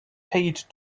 paid